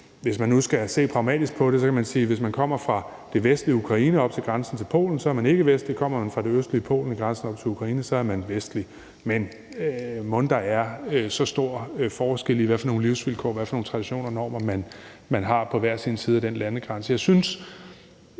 som i de opgørelser tæller som ikkevestlige. Hvis man kommer fra det vestlige Ukraine grænsende op til Polen, er man ikkevestlig, men kommer man fra det østlige Polen grænsende op til Ukraine, er man vestlig, men mon der er så stor forskel på, hvad for nogle livsvilkår og hvad for nogle traditioner og normer man har på hver sin side af den landegrænse? Sådan